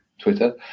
Twitter